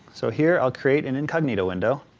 so here i'll create an incognito window.